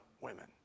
women